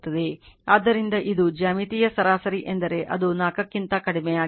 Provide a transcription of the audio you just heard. ಆದ್ದರಿಂದ ಇದು ಜ್ಯಾಮಿತೀಯ ಸರಾಸರಿ ಎಂದರೆ ಅದು 4 ಕ್ಕಿಂತ ಕಡಿಮೆಯಾಗಿದೆ